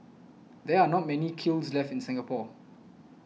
there are not many kilns left in Singapore